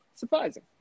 surprising